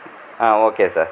ah okay sir